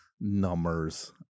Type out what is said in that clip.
numbers